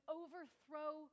overthrow